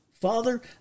Father